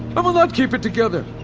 but will not keep it together!